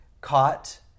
caught